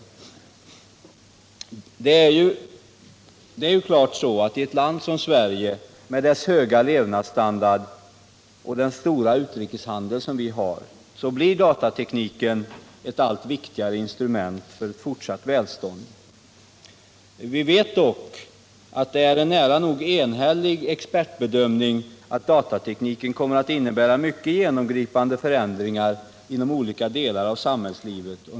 I ett land som Sverige med dess höga levnadsstandard och stora utrikeshandel blir datatekniken ett allt viktigare instrument för fortsatt välstånd. Vi vet dock att en nära nog enhällig expertis anser att datatekniken under de närmaste årtiondena kommer att medföra mycket genomgripande förändringar inom olika delar av samhällslivet.